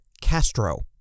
Castro